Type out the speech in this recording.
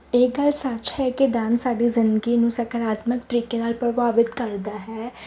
ਇਹ ਗੱਲ ਸੱਚ ਹੈ ਕਿ ਡਾਂਸ ਸਾਡੀ ਜ਼ਿੰਦਗੀ ਨੂੰ ਸਕਾਰਾਤਮਕ ਤਰੀਕੇ ਨਾਲ ਪ੍ਰਭਾਵਿਤ ਕਰਦਾ ਹੈ